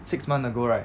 six month ago right